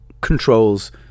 controls